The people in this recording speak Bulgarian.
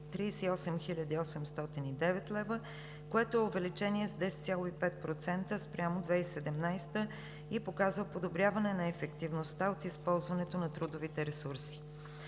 38 809 лв., което е увеличение с 10,5% спрямо 2017 г. и показва подобряване на ефективността от използването на трудовите ресурси.